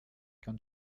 kann